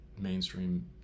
mainstream